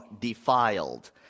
defiled